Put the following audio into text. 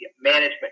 management